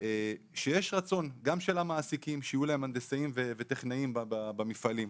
שיש רצון גם של המעסיקים שיהיו להם הנדסאים וטכנאים במפעלים,